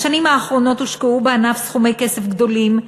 בשנים האחרונות הושקעו בענף סכומי כסף גדולים,